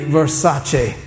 Versace